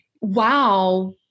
wow